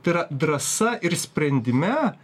tai yra drąsa ir sprendime